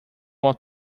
want